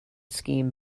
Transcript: scheme